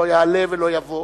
לא יעלה ולא יבוא.